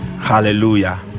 hallelujah